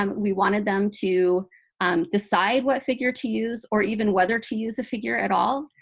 um we wanted them to decide what figure to use, or even whether to use a figure at all.